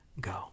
go